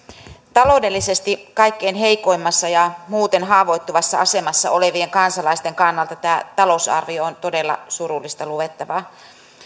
taloudellisesti kaikkein heikoimmassa ja muuten haavoittuvassa asemassa olevien kansalaisten kannalta tämä talousarvio on todella surullista luettavaa